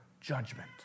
judgment